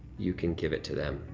you can give it to them.